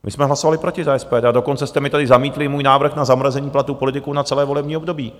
My jsme hlasovali proti za SPD, a dokonce jste mi tady zamítli i můj návrh na zamrazení platů politiků na celé volební období.